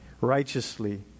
righteously